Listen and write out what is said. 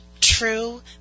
true